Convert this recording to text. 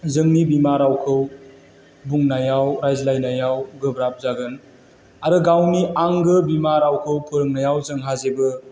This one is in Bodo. जोंनि बिमा रावखौ बुंनायाव रायज्लायनायाव गोब्राब जागोन आरो गावनि आंगो बिमा रावखौ फोरोंनायाव जोंहा जेबो